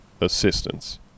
assistance